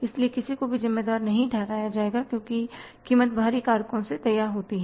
इसलिए किसी को भी जिम्मेदार नहीं ठहराया जाएगा क्योंकि कीमत बाहरी कारकों से तय होती है